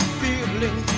feeling